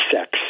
sex